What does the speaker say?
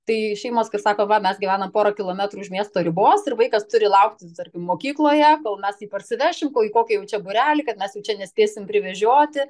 tai šeimos kai sako va mes gyvename porą kilometrų už miesto ribos ir vaikas turi lauktis tarkim mokykloje kol mes parsivešim į kokį jau čia būrelį kad mes jau čia nespėsim privežioti